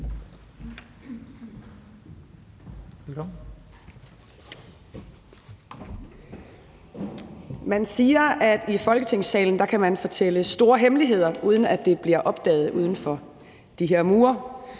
Man siger, at i Folketingssalen kan man fortælle store hemmeligheder, uden at det bliver opdaget uden for de her mure.